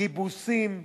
גיבוסים ועוד.